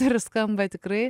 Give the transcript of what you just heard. ir skamba tikrai